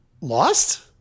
Lost